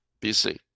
BC